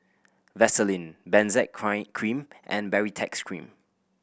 Vaselin Benzac cream and Baritex Cream